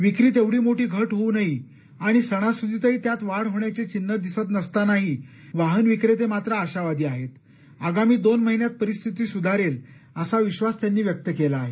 विक्रीत एवढी मोठी घट होऊनही आणि सणासुदीतही त्यात वाढ होण्याची चिन्ह दिसत नसतानाही वाहन विक्रेते आशावादी आहेत आगामी दोन महिन्यात परिस्थिती सुधारेल असा विश्वास त्यांनी व्यक्त केला आहे